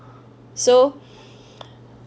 so